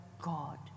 God